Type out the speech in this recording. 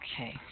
Okay